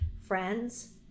friends